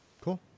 Cool